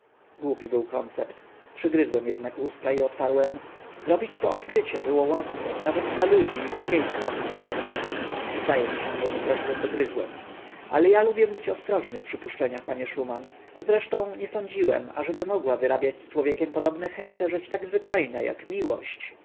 głupi był koncept przygryzłem jednak usta i odparłem zrobić to odkrycie było łatwo nawet dla ludzi mniej wprawnych odemnie zdaje się że mu troszkę dogryzłem ale ja lubię być ostrożny w przypuszczeniach panie szuman zresztą nie sądziłem ażeby mogła wyrabiać z człowiekiem podobne hece rzecz tak zwyczajna jak miłość